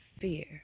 Fear